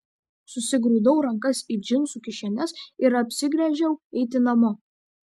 susigrūdau rankas į džinsų kišenes ir apsigręžiau eiti namo